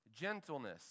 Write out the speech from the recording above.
gentleness